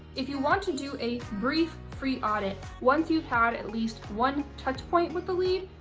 if you want to do a brief free audit once you've had at least one touch point with the lead,